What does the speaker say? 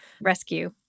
rescue